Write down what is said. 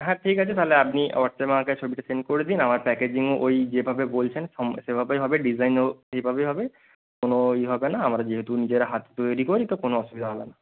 হ্যাঁ ঠিক আছে তাহলে আপনি হোয়াটসঅ্যাপে আমাকে ছবিটা সেন্ড করে দিন আমার প্যাকেজিংও ওই যেভাবে বলছেন সম সেভাবেই হবে ডিজাইনও সেইভাবেই হবে কোনো ইয়ে হবে না আমরা যেহেতু নিজের হাতে তৈরি করি তো কোনো অসুবিধা হবে না